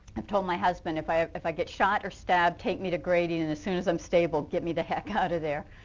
have toll my husband if i if i get shot or stabbed take me to grady, and as soon as i'm stable get me the heck out of there,